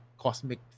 cosmic